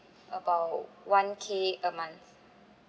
about one K a month